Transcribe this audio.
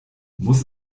muss